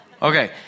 Okay